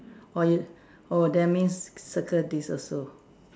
or you that means circle this also